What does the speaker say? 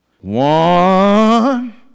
one